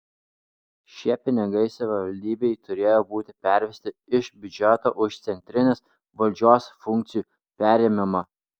šie pinigai savivaldybei turėjo būti pervesti iš biudžeto už centrinės valdžios funkcijų perėmimą